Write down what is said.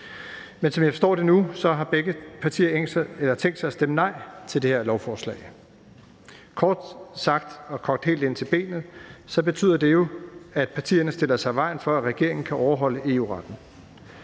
Men som jeg forstår det nu, har begge partier tænkt sig at stemme nej til det her lovforslag. Kort sagt og kogt helt ind til benet betyder det, at partierne stiller sig i vejen for, at regeringen kan overholde EU-retten.